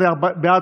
בעד,